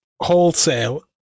wholesale